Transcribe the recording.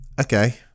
Okay